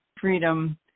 freedom